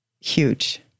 huge